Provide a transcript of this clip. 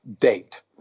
date